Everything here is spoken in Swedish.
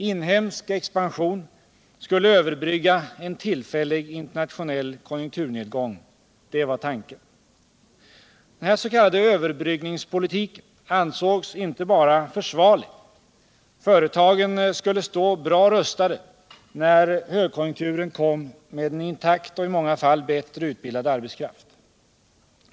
Inhemsk expansion skulle överbrygga en tillfällig nationell konjunkturnedgång. Det var tanken. Den här s.k. överbryggningspolitiken ansågs inte bara försvarlig. Företagen skulle stå bra rustade när högkonjunkturen kom med en intakt och i många fall bättre utbildad arbetskraft.